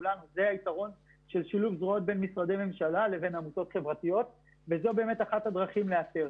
שילוב זרועות בין משרדי ממשלה לבין עמותות חברתיות זאת אחת הדרכים לאתר.